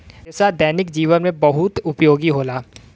रेसा दैनिक जीवन में बहुत उपयोगी होला